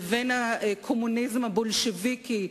לבין הקומוניזם הבולשביקי,